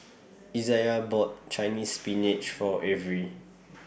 Isaiah bought Chinese Spinach For Avery